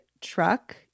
truck